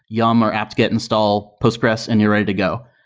yum or apt-get install postgres and you're ready to go.